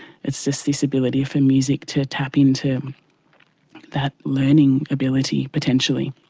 it's just this ability for music to tap into that learning ability potentially.